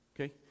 Okay